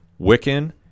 Wiccan